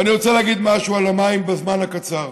אני רוצה להגיד משהו על המים בזמן הקצר: